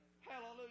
Hallelujah